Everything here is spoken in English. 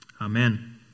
Amen